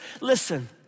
Listen